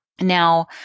Now